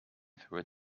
through